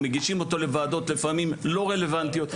מגישים אותו לוועדות לפעמים לא רלוונטיות,